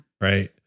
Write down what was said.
Right